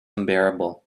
unbearable